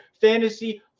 fantasy